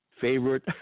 favorite